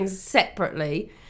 separately